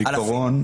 בעיקרון,